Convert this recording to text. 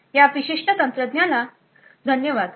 या विशिष्ट तंत्रज्ञानाला धन्यवाद